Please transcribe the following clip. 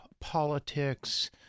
politics